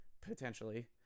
Potentially